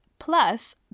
Plus